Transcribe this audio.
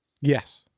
Yes